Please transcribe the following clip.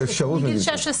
מגיל 16, או אפשרות מגיל 16?